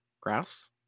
grass